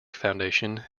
foundation